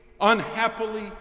unhappily